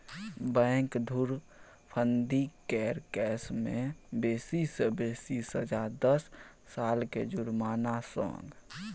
bank धुरफंदी केर case मे बेसी सँ बेसी सजा दस सालक छै जुर्माना संग